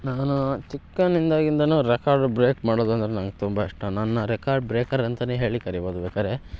ನಾನು ಚಿಕ್ಕವ್ನಿಂದಾಗಿಂದನು record break ಮಾಡೋದಂದ್ರೆ ನಂಗೆ ತುಂಬ ಇಷ್ಟ ನನ್ನ ರೆಕಾರ್ಡ್ ಬ್ರೇಕರ್ ಅಂತಲೇ ಹೇಳಿ ಕರಿಬೋದು ಬೇಕಾದ್ರೆ